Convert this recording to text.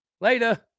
Later